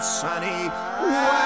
sunny